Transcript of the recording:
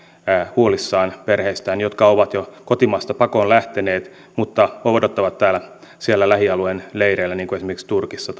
huolissaan perheistään jotka ovat jo kotimaasta pakoon lähteneet mutta odottavat siellä lähialueen leireillä niin kuin esimerkiksi turkissa